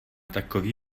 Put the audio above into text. takový